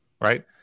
right